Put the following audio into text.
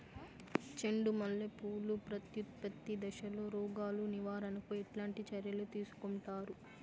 చెండు మల్లె పూలు ప్రత్యుత్పత్తి దశలో రోగాలు నివారణకు ఎట్లాంటి చర్యలు తీసుకుంటారు?